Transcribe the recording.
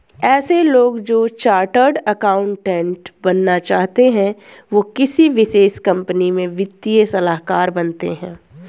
ऐसे लोग जो चार्टर्ड अकाउन्टन्ट बनना चाहते है वो किसी विशेष कंपनी में वित्तीय सलाहकार बनते हैं